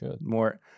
more